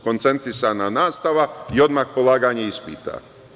Koncentrisana nastava i odmah polaganje ispita.